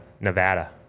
nevada